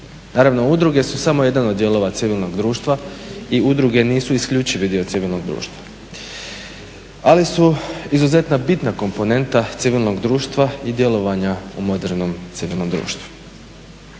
Naravno udruge su samo jedan od dijelova civilnog društva i udruge nisu isključivi dio civilnog društva ali su izuzetno bitna komponenta civilnog društva i djelovanja u modernom civilnom društvu.